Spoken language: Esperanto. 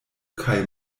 kaj